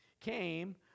came